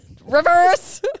reverse